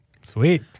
Sweet